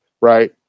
right